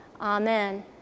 Amen